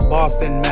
Boston